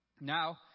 Now